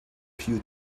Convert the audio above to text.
few